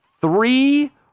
three